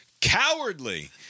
cowardly